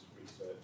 research